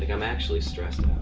like i'm actually stressed